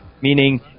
Meaning